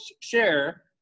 share